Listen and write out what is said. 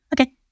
Okay